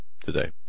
today